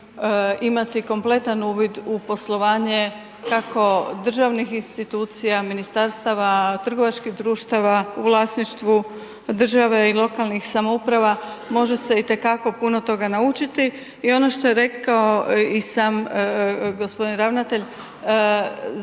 imati kompletan uvid u poslovanje kako državnih institucija, ministarstava, trgovačkih društava u vlasništvu države i lokalnih samouprava, može se itekako puno toga naučiti i ono što je rekao i sam g. ravnatelj,